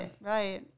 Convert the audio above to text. right